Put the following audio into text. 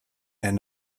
and